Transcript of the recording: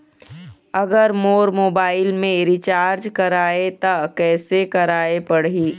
अगर मोर मोबाइल मे रिचार्ज कराए त कैसे कराए पड़ही?